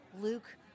Luke